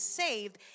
saved